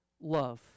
Love